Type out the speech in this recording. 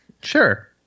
sure